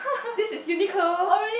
this is Uniqlo